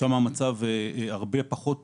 שם המצב הרבה פחות טוב.